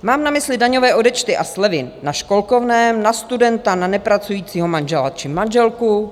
Mám na mysli daňové odečty a slevy na školkovném, na studenta, na nepracujícího manžela či manželku.